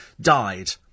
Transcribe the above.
died